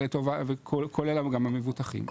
וכולל גם המבוטחים.